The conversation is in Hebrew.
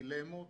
דילמות,